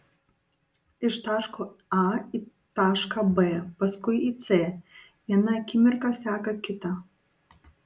iš taško a į tašką b paskui į c viena akimirka seka kitą